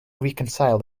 reconcile